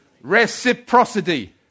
Reciprocity